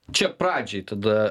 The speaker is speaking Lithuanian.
čia pradžiai tada